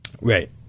Right